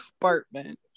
apartment